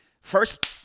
First